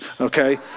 okay